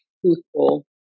truthful